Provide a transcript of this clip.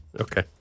Okay